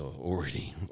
already